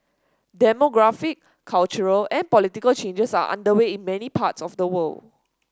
demographic cultural and political changes are underway in many parts of the world